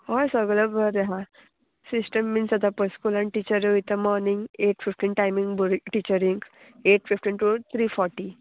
हय सगळें बरें आहा सिस्टम मिन्स आतां पळय स्कुलान टिचर वयता मॉर्नींग एट फिफ्टीन टायमींग बुर teaching eight fifteen to three forty